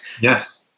yes